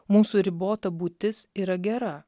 mūsų ribota būtis yra gera